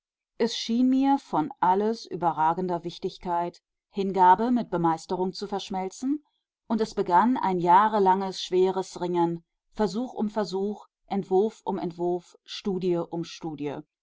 es schien mir von alles überragender wichtigkeit hingabe mit bemeisterung zu verschmelzen und es begann ein jahrelanges schweres ringen versuch um versuch entwurf um entwurf studie um